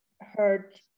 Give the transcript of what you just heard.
heard